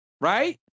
right